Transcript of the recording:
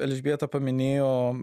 elžbieta paminėjo